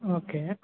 okay